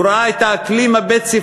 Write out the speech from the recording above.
הוא ראה את האקלים הבית-ספרי,